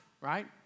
right